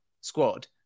squad